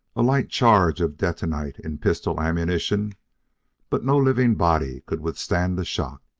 a light charge of detonite in pistol ammunition but no living body could withstand the shock.